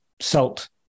salt